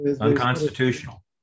Unconstitutional